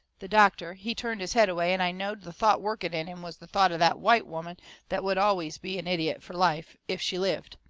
the doctor, he turned his head away, and i knowed the thought working in him was the thought of that white woman that would always be an idiot for life, if she lived.